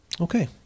okay